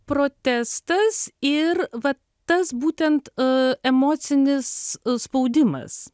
protestas ir va tas būtent a emocinis spaudimas